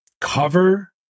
cover